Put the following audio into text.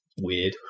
weird